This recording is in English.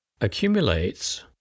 accumulates